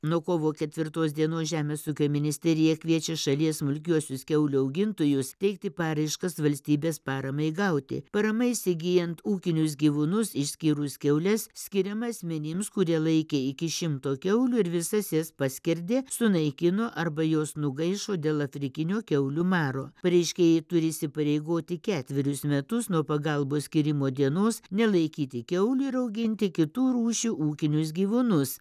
nuo kovo ketvirtos dienos žemės ūkio ministerija kviečia šalies smulkiuosius kiaulių augintojus teikti paraiškas valstybės paramai gauti parama įsigyjant ūkinius gyvūnus išskyrus kiaules skiriama asmenims kurie laikė iki šimto kiaulių ir visas jas paskerdė sunaikino arba jos nugaišo dėl afrikinio kiaulių maro pareiškėjai turi įsipareigoti ketverius metus nuo pagalbos skyrimo dienos nelaikyti kiaulių ir auginti kitų rūšių ūkinius gyvūnus